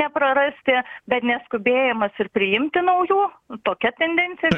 neprarasti bet neskubėjimas ir priimti naujų tokia tendencija